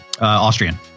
Austrian